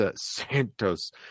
Santos